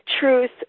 truth